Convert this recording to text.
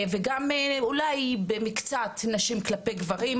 וגם אולי במקצת נשים כלפי גברים,